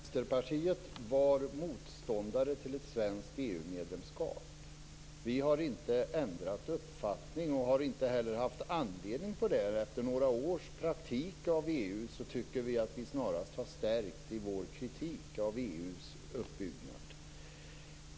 Fru talman! Vänsterpartiet var motståndare till ett svenskt EU-medlemskap. Vi har inte ändrat uppfattning och har inte heller haft anledning att göra det. Efter några års praktisk erfarenhet av EU har vi snarast stärkts i vår kritik av EU:s uppbyggnad.